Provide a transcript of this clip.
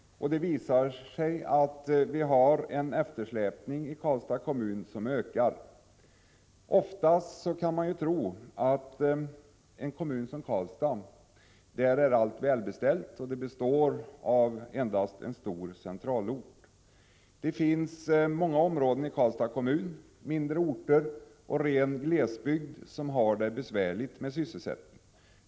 Det visar sig att Karlstads kommun har en eftersläpning som ökar. Många gånger kan man kanske tro att allt är väl beställt i en kommun som Karlstad, då den endast består av en stor centralort. Åtskilliga områden i Karlstads kommun utgörs dock av mindre orter eller av ren glesbygd, där man har det besvärligt med sysselsättningen.